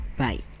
bye